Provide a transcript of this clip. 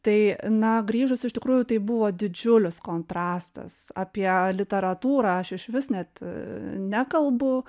tai na grįžus iš tikrųjų tai buvo didžiulis kontrastas apie literatūrą aš išvis net ee nekalbu